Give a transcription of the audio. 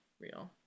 real